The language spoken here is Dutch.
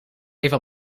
even